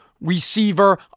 receiver